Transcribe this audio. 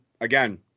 again